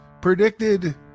predicted